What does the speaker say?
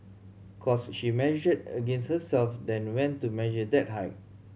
cos she measured against herself then went to measure that height